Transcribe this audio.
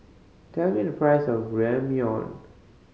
tell me the price of Ramyeon